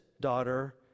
daughter